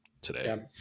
today